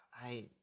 I-